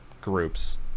groups